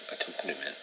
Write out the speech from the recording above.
accompaniment